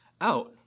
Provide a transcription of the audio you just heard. out